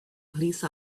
police